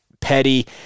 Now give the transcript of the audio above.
petty